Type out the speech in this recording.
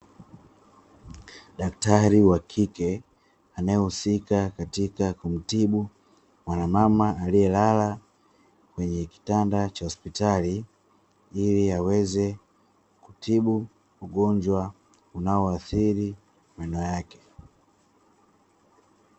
Daktari wa kike anayehusika katika kumtibu mwanamama aliyelala kwenye kitanda cha hospitali ili aweze kutibu ugonjwa unaoathiri meno yake.